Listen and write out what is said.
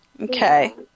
Okay